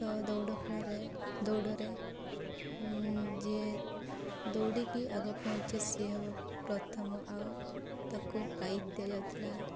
ତ ଦୌଡ଼ ଖେଳରେ ଦୌଡ଼ରେ ଯିଏ ଦୌଡ଼ିକି ଆଗ ପହଞ୍ଚେ ସିଏ ହେବ ପ୍ରଥମ ଆଉ ତାକୁ ପ୍ରାଇଜ୍ ଦିଆଯାଉଥିଲା